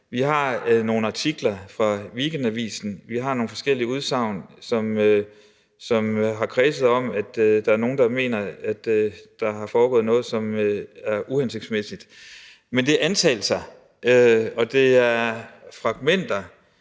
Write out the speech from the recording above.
Vi har nogle artikler fra Weekendavisen, vi har nogle forskellige udsagn, som har kredset om, at der er nogle, der mener, at der er foregået noget, som er uhensigtsmæssigt. Men det er antagelser, og det er fragmenter,